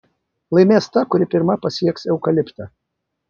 laimės ta kuri pirma pasieks eukaliptą